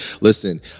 listen